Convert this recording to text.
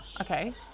Okay